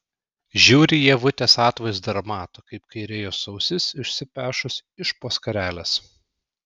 žiūri į ievutės atvaizdą ir mato kaip kairė jos ausis išsipešus iš po skarelės